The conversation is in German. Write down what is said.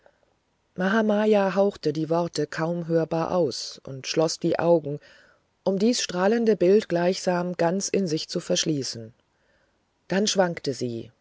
mahamaya hauchte die worte kaum hörbar aus und schloß die augen um dies strahlende bild gleichsam ganz in sich zu verschließen dann schwankte sie